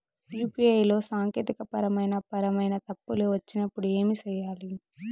UPI లో సాంకేతికపరమైన పరమైన తప్పులు వచ్చినప్పుడు ఏమి సేయాలి